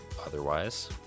otherwise